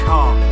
Car